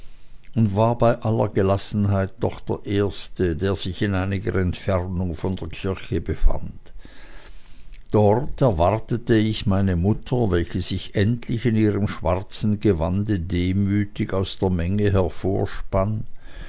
und war bei aller gelassenheit doch der erste der sich in einiger entfernung von der kirche befand dort erwartete ich meine mutter welche sich endlich in ihrem schwarzen gewande demütig aus der menge